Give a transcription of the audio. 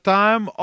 time